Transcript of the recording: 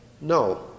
No